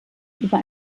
über